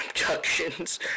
abductions